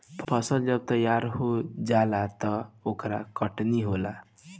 फसल जब तैयार हो जाला त ओकर कटनी होला